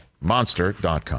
monster.com